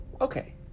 Okay